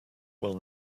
will